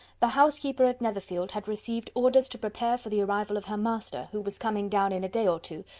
the housekeeper at netherfield had received orders to prepare for the arrival of her master, who was coming down in a day or two,